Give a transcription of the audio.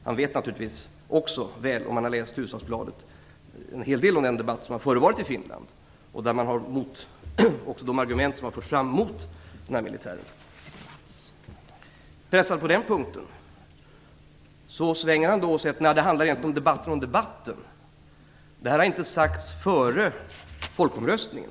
Om han har läst Hufvudstadsbladet vet han naturligtvis också en hel del om den debatt som har förts i Finland, också att det där har framförts argument mot dessa militärers uppfattning. Pressad på den punkten svänger Per Gahrton och säger att det handlar om debatten om debatten. Det här har inte sagts före folkomröstningen.